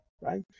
right